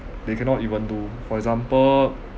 they cannot even do for example